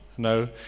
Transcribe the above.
No